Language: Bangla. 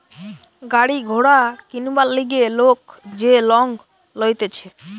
গাড়ি ঘোড়া কিনবার লিগে লোক যে লং লইতেছে